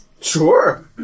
Sure